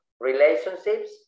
relationships